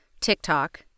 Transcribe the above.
TikTok